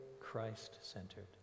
Christ-centered